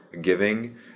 giving